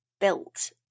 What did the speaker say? built